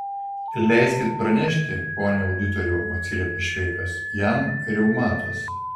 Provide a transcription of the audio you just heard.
leiskit pranešti pone auditoriau atsiliepė šveikas jam reumatas